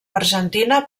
argentina